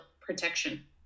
protection